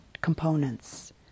components